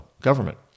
government